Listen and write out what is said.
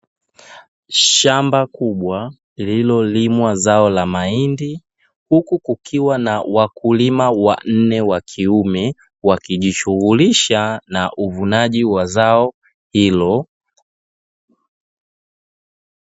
Shamba kubwa lililolimwa zao la mahindi, huku kukiwa na wakulima wanne wa kiume, wakijishughulisha na uvunaji wa zao hilo.